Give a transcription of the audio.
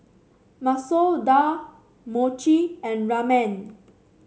Masoor Dal Mochi and Ramen